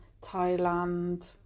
Thailand